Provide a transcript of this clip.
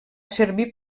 servir